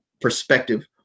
perspective